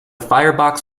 firebox